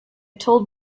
told